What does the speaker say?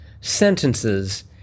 sentences